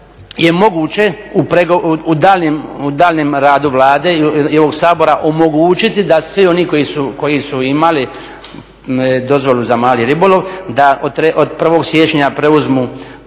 je moguće u daljnjem radu Vlade i ovog Sabora omogućiti da svi oni koji su imali dozvolu za mali ribolov, da od 1.siječnja preuzmu